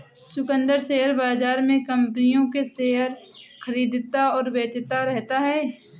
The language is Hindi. कुंदन शेयर बाज़ार में कम्पनियों के शेयर खरीदता और बेचता रहता है